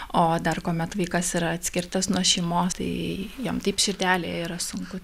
o dar kuomet vaikas yra atskirtas nuo šeimos tai jam taip širdelėje yra sunku